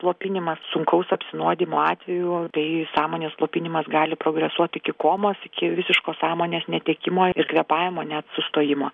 slopinimas sunkaus apsinuodijimo atveju tai sąmonės slopinimas gali progresuot iki komos iki visiško sąmonės netekimo ir kvėpavimo net sustojimo